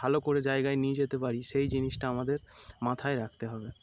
ভালো করে জায়গায় নিয়ে যেতে পারি সেই জিনিসটা আমাদের মাথায় রাখতে হবে